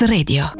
Radio